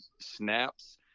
snaps